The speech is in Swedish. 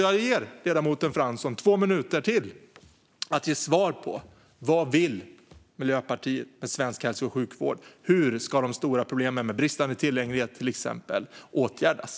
Jag ger ledamoten Fransson två minuter till att ge svar på vad Miljöpartiet vill med svensk hälso och sjukvård. Hur ska de stora problemen med till exempel bristande tillgänglighet åtgärdas?